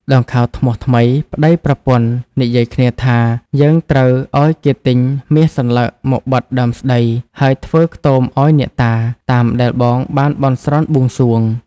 ដង្ខៅធ្នស់ថ្មី (ប្តីប្រពន្ធ) និយាយគ្នាថា "យើងត្រូវឲ្យគេទិញមាសសន្លឹកមកបិទដើមស្ដី ហើយធ្វើខ្ទមឲ្យអ្នកតា តាមដែលបងបានបន់ស្រន់បួងសួង” ។